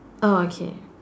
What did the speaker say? oh okay